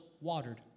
watered